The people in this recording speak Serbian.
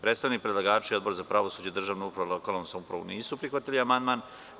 Predstavnik predlagača i Odbor za pravosuđe, državnu upravu i lokalnu samoupravu nisu prihvatili amandman.